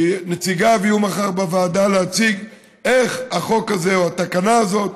שנציגיו יהיו מחר בוועדה כדי להציג איך החוק הזה או התקנה הזאת,